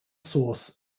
source